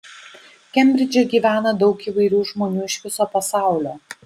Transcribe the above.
kembridže gyvena daug įvairių žmonių iš viso pasaulio